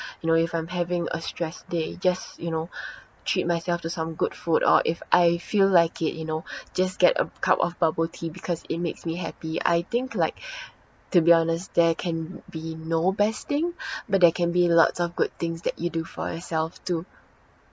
you know if I'm having a stressed day just you know treat myself to some good food or if I feel like it you know just get a cup of bubble tea because it makes me happy I think like to be honest there can be no best thing but there can be lots of good things that you do for yourself to